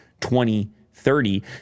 2030